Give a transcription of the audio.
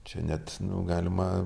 čia net galima